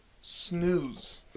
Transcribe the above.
snooze